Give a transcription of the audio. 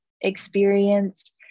experienced